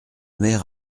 mer